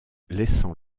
laissant